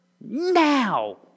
now